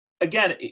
again